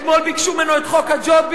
אתמול ביקשו ממנו את חוק הג'ובים,